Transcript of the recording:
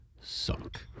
suck